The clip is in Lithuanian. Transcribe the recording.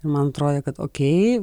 man atrodė kad okėj